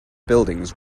buildings